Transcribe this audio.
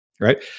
Right